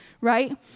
right